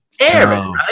Aaron